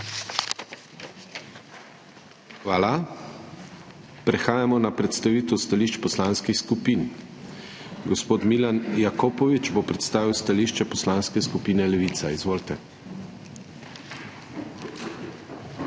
Hvala. Prehajamo na predstavitev stališč poslanskih skupin. Gospod Milan Jakopovič bo predstavil stališče Poslanske skupine Levica. Izvolite.